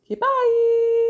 Bye